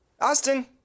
Austin